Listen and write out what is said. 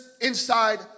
inside